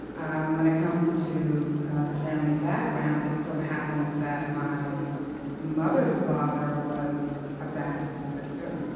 um when it comes to the family background, it so happens that my mother's father was a baptist minister,